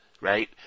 right